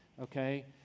okay